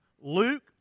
Luke